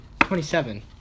27